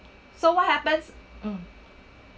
so what happens mm